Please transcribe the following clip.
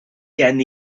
gen